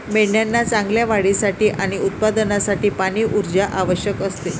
मेंढ्यांना चांगल्या वाढीसाठी आणि उत्पादनासाठी पाणी, ऊर्जा आवश्यक असते